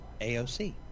AOC